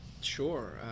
Sure